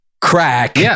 crack